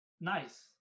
nice